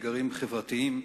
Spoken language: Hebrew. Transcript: אתגרים חברתיים.